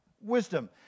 wisdom